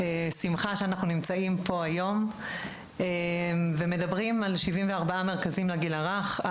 שמחה על זה שאנחנו נמצאים כאן היום ומדברים על 74 מרכזים לגיל הרך.